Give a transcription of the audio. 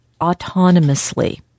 autonomously